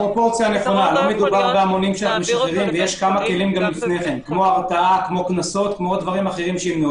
יש כלים כמו הרתעה, כמו קנסות ודברים אחרים.